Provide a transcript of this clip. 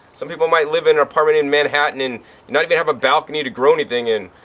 some people might live in an apartment in manhattan and not even have a balcony to grow anything and,